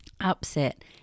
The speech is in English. upset